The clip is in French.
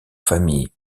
famille